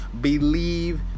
believe